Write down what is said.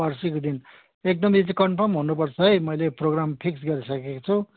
पर्सिको दिन एकदम यो चाहिँ कन्फर्म हुनुपर्छ है मैले प्रोग्राम फिक्स गरिसकेको छु